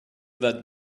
that